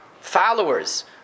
followers